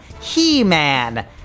He-Man